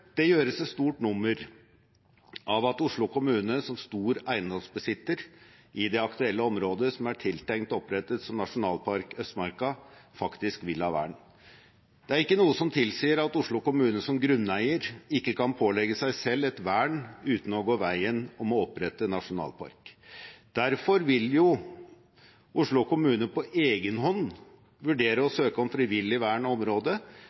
Det gjøres et stort nummer av at Oslo kommune som stor eiendomsbesitter i det aktuelle området som er tiltenkt opprettet som nasjonalpark Østmarka, faktisk vil ha vern. Det er ikke noe som tilsier at Oslo kommune som grunneier ikke kan pålegge seg selv et vern, uten å gå veien om å opprette nasjonalpark. Derfor vil jo Oslo kommune på egen hånd vurdere å søke om frivillig vern av området